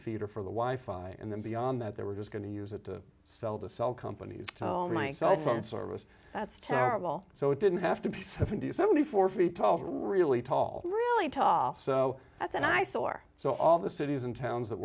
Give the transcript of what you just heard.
feet are for the wife and then beyond that they were just going to use it to sell the cell companies tell me my cell phone service that's terrible so it didn't have to seventy seventy four feet tall really tall really tough so that's an eyesore so all the cities and towns that